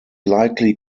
likely